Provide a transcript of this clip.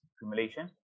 accumulation